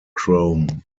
chrome